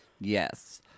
Yes